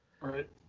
Right